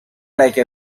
like